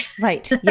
right